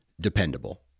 dependable